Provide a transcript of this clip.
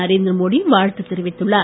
நரேந்திர மோடி வாழ்த்து தெரிவித்துள்ளார்